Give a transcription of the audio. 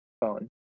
phone